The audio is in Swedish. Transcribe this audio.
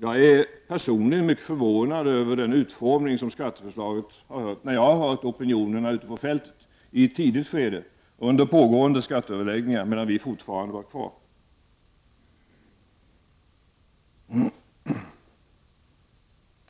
Jag är personligen mycket förvånad över den utformning som skatteförslaget har fått. Jag har hört opinionerna ute på fältet i ett tidigt skede — under pågående skatteöverläggningar, medan vi fortfarande var med vid överläggningarna.